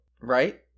right